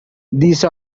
these